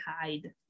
hide